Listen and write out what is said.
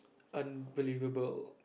unbelievable